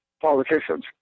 politicians